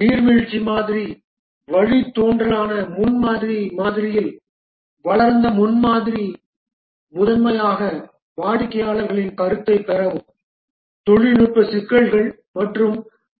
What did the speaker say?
நீர்வீழ்ச்சி மாதிரியின் வழித்தோன்றலான முன்மாதிரி மாதிரியில் வளர்ந்த முன்மாதிரி முதன்மையாக வாடிக்கையாளர்களின் கருத்தைப் பெறவும் தொழில்நுட்ப சிக்கல்கள் மற்றும்